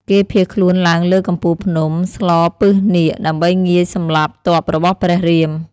គេភៀសខ្លួនឡើងលើកំពូលភ្នំស្លពិសនាគ ដើម្បីងាយសម្លាប់ទ័ពរបស់ព្រះរាម។